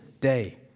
day